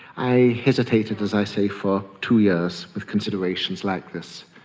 i hesitated, as i say, for two years with considerations like this.